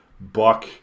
buck